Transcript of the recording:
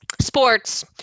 sports